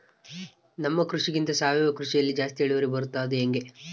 ನಮ್ಮ ಕೃಷಿಗಿಂತ ಸಾವಯವ ಕೃಷಿಯಲ್ಲಿ ಜಾಸ್ತಿ ಇಳುವರಿ ಬರುತ್ತಾ ಅದು ಹೆಂಗೆ?